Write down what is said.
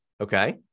Okay